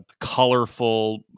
colorful